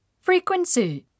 Frequency